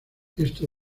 esto